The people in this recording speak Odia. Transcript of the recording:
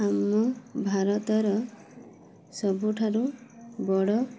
ଆମ ଭାରତର ସବୁଠାରୁ ବଡ଼